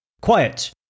Quiet